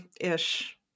Ish